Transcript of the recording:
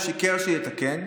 הוא שיקר שיתקן,